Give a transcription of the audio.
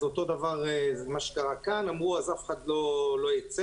אותו דבר זה מה שקרה כאן, אמרו שאף אחד לא ייצא.